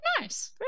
nice